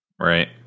Right